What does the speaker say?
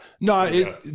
No